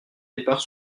départ